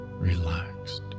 relaxed